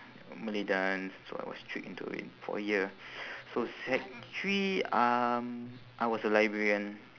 malay dance so I was tricked into it for a year so sec three um I was a librarian